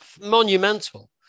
monumental